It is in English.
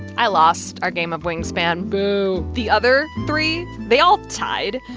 i lost our game of wingspan boo the other three, they all tied,